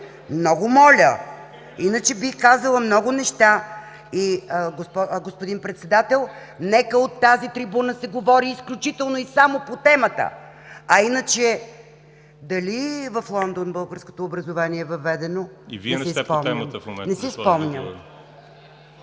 Много моля! Иначе, бих казала много неща. Господин Председател, нека от тази трибуна се говори изключително и само по темата! А иначе, дали в Лондон българското образование е въведено…? Не си спомням…